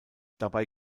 dabei